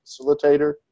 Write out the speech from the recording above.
facilitator